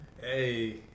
Hey